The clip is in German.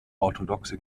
orthodoxe